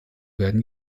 werden